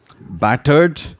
battered